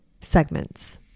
segments